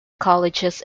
colleges